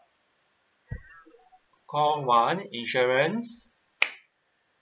call one insurance